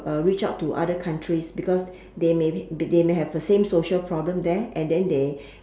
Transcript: uh reach out to other countries because they may they may have the same social problem there and then they